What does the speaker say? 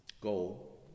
goal